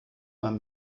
man